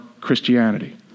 Christianity